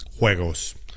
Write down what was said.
juegos